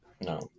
No